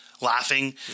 Laughing